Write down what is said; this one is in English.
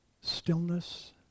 stillness